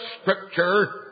Scripture